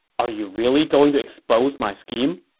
are you really going to expose my scheme?